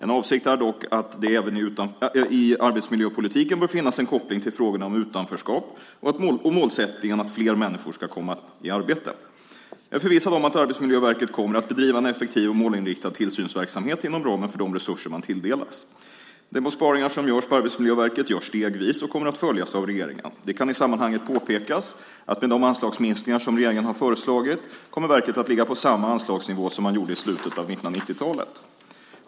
En avsikt är dock att det även i arbetsmiljöpolitiken bör finnas en koppling till frågorna om utanförskap och målsättningen att fler människor ska komma i arbete. Jag är förvissad om att Arbetsmiljöverket kommer att bedriva en effektiv och målinriktad tillsynsverksamhet inom ramen för de resurser man tilldelas. De besparingar som görs på Arbetsmiljöverket görs stegvis och kommer att följas av regeringen. Det kan i sammanhanget påpekas att med de anslagsminskningar som regeringen har föreslagit kommer verket att ligga på samma anslagsnivå som man gjorde i slutet av 1990-talet.